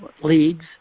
leads